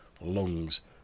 lungs